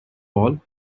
all